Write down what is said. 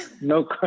no